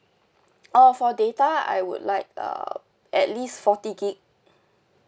oh for data I would like uh at least forty gig